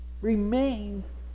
remains